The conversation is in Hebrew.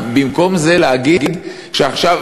במקום להגיד שעכשיו,